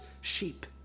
sheep